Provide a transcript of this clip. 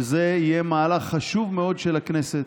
וזה יהיה מהלך חשוב מאוד של הכנסת,